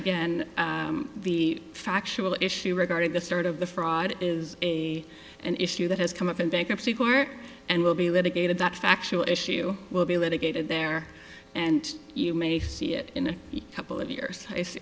again the factual issue regarding the start of the fraud is an issue that has come up in bankruptcy court and will be litigated that factual issue will be litigated there and you may see it in a couple of years i